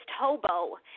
Hobo